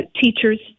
Teachers